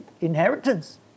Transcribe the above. inheritance